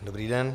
Dobrý den.